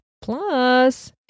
Plus